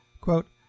Quote